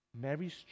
Mary's